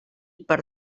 per